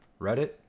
Reddit